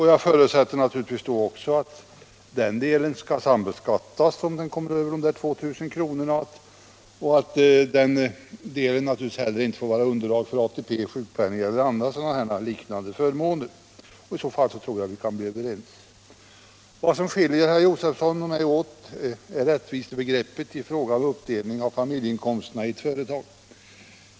Jag förutsätter naturligtvis att den delen skall sambeskattas, om den kommer över 2 000 kr., och att den inte får vara underlag för ATP, sjukpenning eller liknande förmåner. I så fall tror jag att vi kan bli ense. Vad som skiljer herr Josefson och mig åt är rättvisebegreppet i fråga om uppdelning av familjeinkomsterna i ett företag.